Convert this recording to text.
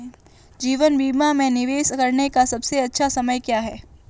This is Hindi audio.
जीवन बीमा में निवेश करने का सबसे अच्छा समय क्या है?